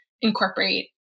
incorporate